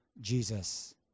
Jesus